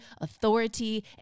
authority